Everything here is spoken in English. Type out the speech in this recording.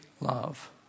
love